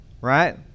Right